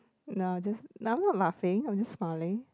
no just no I'm not laughing I'm just smiling